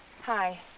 Hi